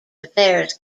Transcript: affairs